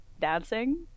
dancing